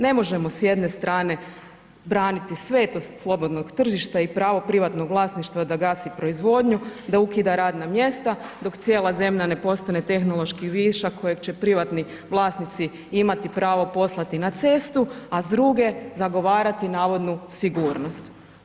Ne možemo s jedne strane braniti svetost slobodnog tržišta i pravo privatnog vlasništva da gasi proizvodnju, da ukida radna mjesta, dok cijela zemlja ne postane tehnološki višak kojeg će privatni vlasnici imati pravo poslati na cestu a s druge zagovarati navodnu sigurnost.